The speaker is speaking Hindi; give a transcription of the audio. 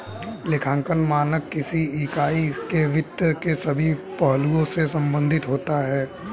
लेखांकन मानक किसी इकाई के वित्त के सभी पहलुओं से संबंधित होता है